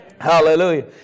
Hallelujah